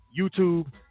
YouTube